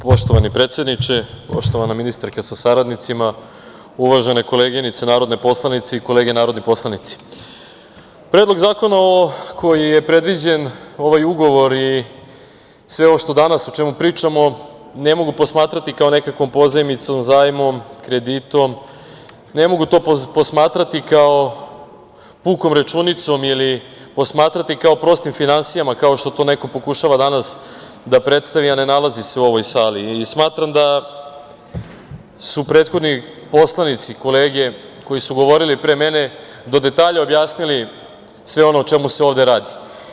Poštovani predsedniče, poštovana ministarka sa saradnicima, uvažene koleginice narodne poslanice i kolege narodni poslanici, predlog zakona kojim je predviđen ovaj ugovor i sve ovo o čemu danas pričamo ne mogu posmatrati kao nekakvom pozajmicom, zajmom, kreditom, ne mogu to posmatrati kao pukom računicom ili posmatrati kao prostim finansijama, kao što to neko pokušava danas da predstavi a ne nalazi se u ovoj sali i smatram da su prethodni poslanici, kolege, koji su govorili pre mene, do detalja objasnili sve ono o čemu se ovde radi.